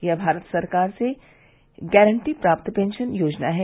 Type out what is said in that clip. यह भारत सरकार से गारण्टी प्राप्त पेंशन योजना है